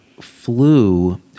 flu